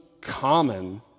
common